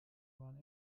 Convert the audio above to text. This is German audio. bahn